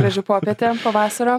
graži popietė pavasario